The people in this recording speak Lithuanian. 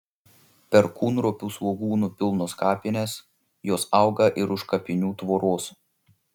perkūnropių svogūnų pilnos kapinės jos auga ir už kapinių tvoros